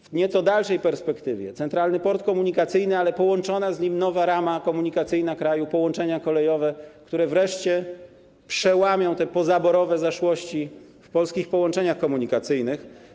W nieco dalszej perspektywie jest Centralny Port Komunikacyjny, ale połączona z nim nowa rama komunikacyjna kraju, połączenia kolejowe wreszcie przełamią te pozaborowe zaszłości w polskich połączeniach komunikacyjnych.